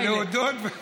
יפה להודות.